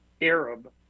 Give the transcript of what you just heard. Arab